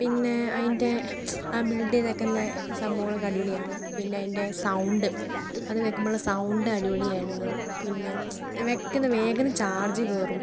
പിന്നെ അതിന്റെ ആ ബിൽഡ് ചെയ്തിരിക്കുന്നത് സംഭവങ്ങളൊക്കെ അടിപൊളിയാണ് പിന്നെ അതിന്റെ സൗണ്ട് അത് വയ്ക്കുമ്പോൾ ഉള്ള സൗണ്ട് അടിപൊളി ആയിരുന്നു പിന്നെ വെക്കന്ന് വേഗന്ന് ചാർജ് കയറും